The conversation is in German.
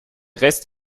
rest